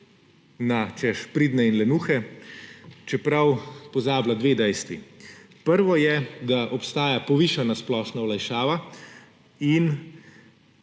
na pridne in lenuhe, čeprav pozablja dve dejstvi. Prvo je, da obstaja povišana splošna olajšava, in